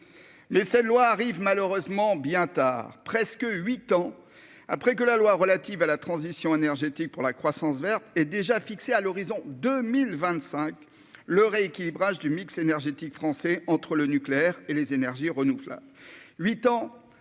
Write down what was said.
les seules loi arrive malheureusement bien tard presque 8 ans après que la loi relative à la transition énergétique pour la croissance verte est déjà fixé à l'horizon 2025 le rééquilibrage du mix énergétique français entre le nucléaire et les énergies renouvelables